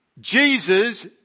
Jesus